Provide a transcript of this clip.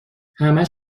همش